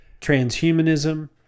transhumanism